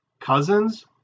Cousins